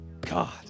God